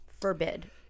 forbid